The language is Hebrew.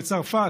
בצרפת,